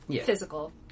physical